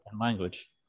language